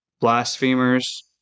blasphemers